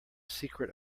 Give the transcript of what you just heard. secret